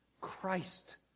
Christ